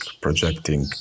projecting